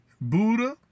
Buddha